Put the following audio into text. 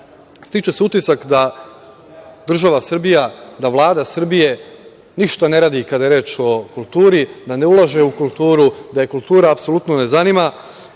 stiče se utisak da država Srbija, da Vlada Srbije ništa ne radi kada je reč o kulturi, da ne ulaže u kulturu, da je kultura apsolutno ne zanima,